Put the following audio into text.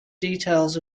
details